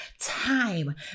time